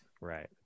Right